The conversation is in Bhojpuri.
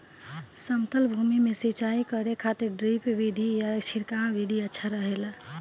समतल भूमि में सिंचाई करे खातिर ड्रिप विधि या छिड़काव विधि अच्छा रहेला?